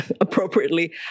appropriately